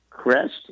Crest